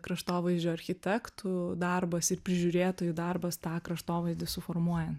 kraštovaizdžio architektų darbas ir prižiūrėtojų darbas tą kraštovaizdį suformuojan